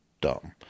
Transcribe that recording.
dumb